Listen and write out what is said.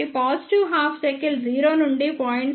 కాబట్టి positive half cycle 0 నుండి 0